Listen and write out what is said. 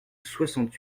soixante